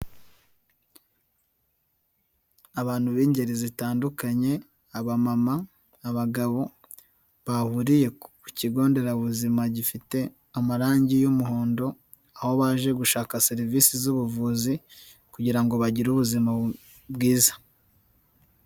Abantu b'ingeri zitandukanye abamama, abagabo, bahuriye ku kigo nderabuzima gifite amarangi y'umuhondo, aho baje gushaka serivisi z'ubuvuzi kugira ngo bagire ubuzima bwiza.